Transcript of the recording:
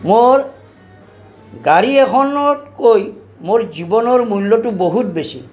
মোৰ গাড়ী এখনতকৈ মোৰ জীৱনৰ মূল্যটো বহুত বেছি